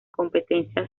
competencia